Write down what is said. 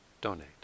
donate